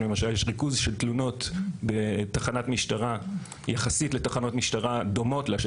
אם למשל יש ריכוז של תלונות בתחנת משטרה יחסית לתחנות משטרה דומות לה,